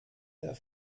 der